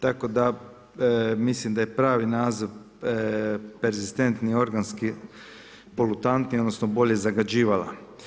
Tako da mislim da je naziv perzistentni organski polutanti odnosno bolje zagađivala.